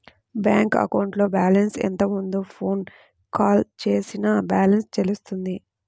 bank అకౌంట్లో balance ఎంత ఉందో ఫోన్ కాల్ చేసినా బ్యాలెన్స్ తెలుస్తుంది